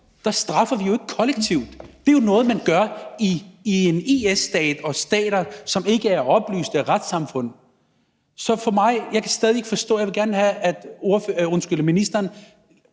straffer vi jo ikke kollektivt. Det er jo noget, man gør i en IS-stat og stater, som ikke er oplyste retssamfund. Så jeg kan stadig ikke forstå det. Jeg vil gerne have, at ministeren